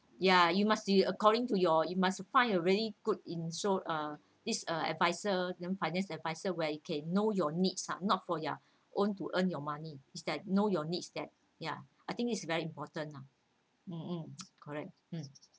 ya you must you according to your you must find your really good in so~ uh this uh adviser finance adviser where you can know your needs ah not for your own to earn your money is that know your needs that yeah I think it's very important lah mm correct